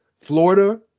Florida